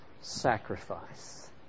sacrifice